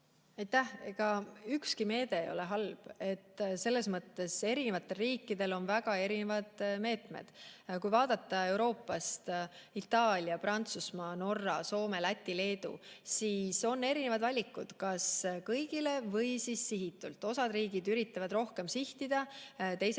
Ega ükski meede ei ole halb, selles mõttes, et eri riikidel on väga erinevad meetmed. Kui vaadata Euroopat – Itaalia, Prantsusmaa, Norra, Soome, Läti ja Leedu –, siis on näha, et on erinevad valikud, kas kõigile või sihitult. Ühed riigid üritavad [toetusi] rohkem sihtida, teised